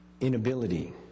Inability